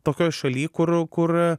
tokioj šaly kur kur